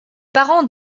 parents